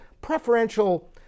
preferential